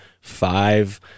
five